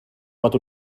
pot